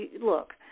Look